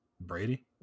brady